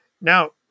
Now